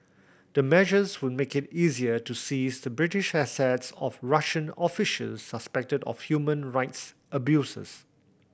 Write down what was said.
the measures would make it easier to seize the British assets of Russian officials suspected of human rights abuses